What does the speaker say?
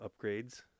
upgrades